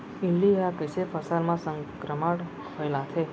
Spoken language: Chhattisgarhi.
इल्ली ह कइसे फसल म संक्रमण फइलाथे?